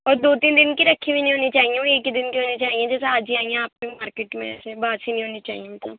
اور دو تین دن کی رکھی ہوئی نہیں ہونی چاہیے ایک ہی دن کی ہونی چاہیے جیسے آج ہی آئی ہیں آپ کی مارکیٹ میں باسی نہیں ہونی چاہیے مطلب